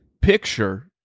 picture